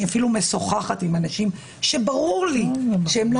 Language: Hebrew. אני אפילו משוחחת עם אנשים שברור לי שהם לא